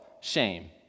shame